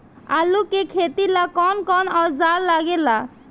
आलू के खेती ला कौन कौन औजार लागे ला?